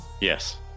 yes